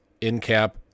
in-cap